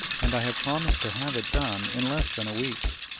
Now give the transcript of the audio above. and i have promised to have it done in less than a week.